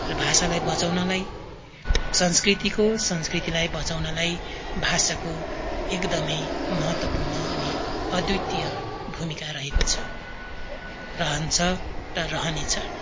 र भाषालाई बचाउनलाई संस्कृतिको संस्कृतिलाई बचाउनलाई भाषाको एकदमै महत्त्वपूर्ण अनि अद्वितीय भूमिका रहेको छ रहन्छ र रहनेछ